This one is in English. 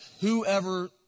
whoever